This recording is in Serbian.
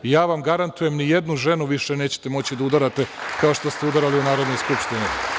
Ja vam garantujem ni jednu ženu više nećete moći da udarate kao što ste udarali u Narodnoj skupštini.